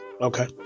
Okay